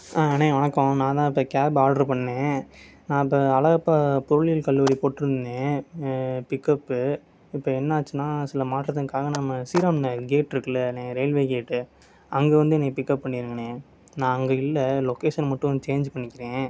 அண்ணே வணக்கம் நான் தான் இப்போ கேப் ஆர்டர் பண்ண நான் இப்போ அழகப்பா பொருளியல் கல்லூரி போட்டுருந்தேன் பிக்கப்பு இப்போ என்னாச்சினால் சில மாற்றத்தின் காரணமாக ஸ்ரீராம் நகர் கேட் இருக்குல்ல நே ரயில்வே கேட்டு அங்கே வந்து என்ன பிக்கப் பண்ணிருங்கண்ணே நான் அங்கே இல்லை லொகேஷன் மட்டும் சேன்ஜ்ஜூ பண்ணிக்கிறேன்